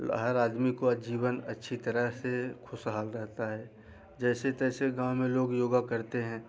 ल हर आदमी को आजीवन अच्छी तरह से खुशहाल रहता है जैसे तैसे गाँव में लोग योग करते हैं